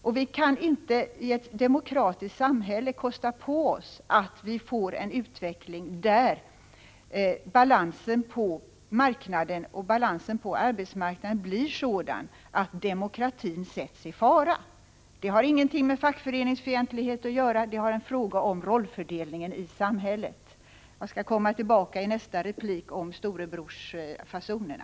Och vi kan inte i ett demokratiskt samhälle kosta på oss att få en utveckling där balansen på arbetsmarknaden blir sådan att demokratin sätts i fara. Det har ingenting med fackföreningsfientlighet att göra — det är en fråga om rollfördelningen i samhället. Jag skall komma tillbaka i nästa replik om storebrorsfasonerna.